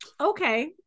Okay